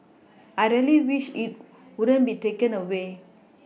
I really wish it wouldn't be taken away